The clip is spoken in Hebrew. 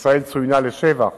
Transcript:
וישראל צוינה לשבח